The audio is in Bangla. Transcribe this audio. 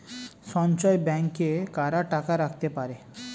সঞ্চয় ব্যাংকে কারা টাকা রাখতে পারে?